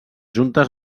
juntes